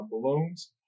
balloons